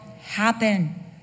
happen